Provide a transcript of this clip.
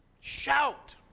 Shout